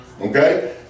okay